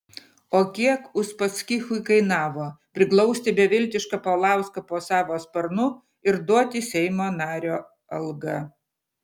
o kiek uspaskichui kainavo priglausti beviltišką paulauską po savo sparnu ir duoti seimo nario algą